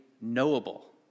knowable